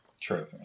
True